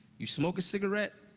you smoke a cigarette,